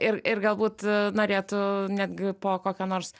ir ir galbūt norėtų netgi po kokią nors